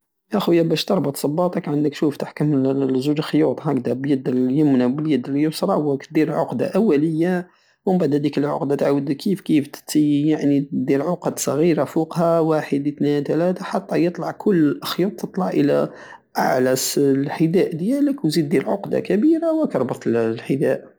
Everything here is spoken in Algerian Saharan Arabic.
يا خويا بش تربط صباطك عندك شوف تحكم زوج خيوط هكدا باليد اليمنى وباليد اليسرى واك الدير عقدة اولية ومبعد هديك العقدة تعاود كيفكيف يتسيي دير عقد صغيرة فوقها واحد اتنان تلاتة حتى يطلع كل الاخيط تطلع الى اعلى الحداء الديالك وتزيد الدير عقدة كبيرة وراك ربطت الحداء